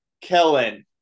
Kellen